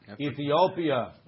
Ethiopia